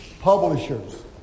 publishers